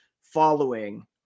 following